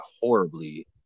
horribly